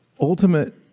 ultimate